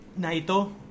Naito